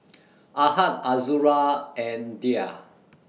Ahad Azura and Dhia